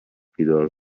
بیدار